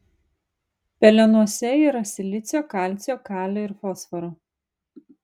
pelenuose yra silicio kalcio kalio ir fosforo